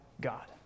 God